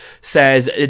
says